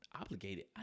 Obligated